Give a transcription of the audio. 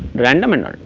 random and no